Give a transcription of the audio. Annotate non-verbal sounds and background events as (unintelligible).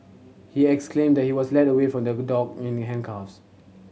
he exclaimed that he was led away from the (unintelligible) dock in handcuffs